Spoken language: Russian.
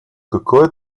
какое